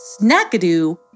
Snackadoo